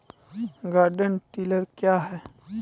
Garden tiller क्या हैं?